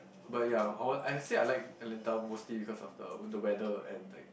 but ya I want I say I like Atlanta mostly because of the the weather and like